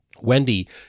Wendy